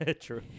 True